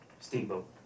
Steamboat